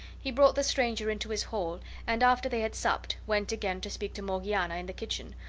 he brought the stranger into his hall, and after they had supped went again to speak to morgiana in the kitchen,